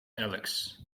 alex